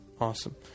Awesome